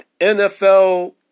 NFL